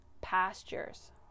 pastures